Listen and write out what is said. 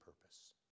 purpose